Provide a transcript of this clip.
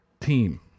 team